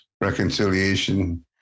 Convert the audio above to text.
reconciliation